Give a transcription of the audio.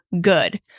good